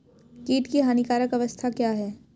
कीट की हानिकारक अवस्था क्या है?